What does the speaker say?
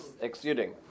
exuding